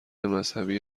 مذهبی